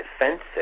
defensive